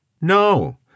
No